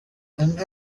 and